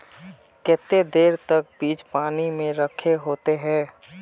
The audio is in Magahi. केते देर तक बीज पानी में रखे होते हैं?